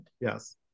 Yes